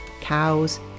cows